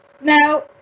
Now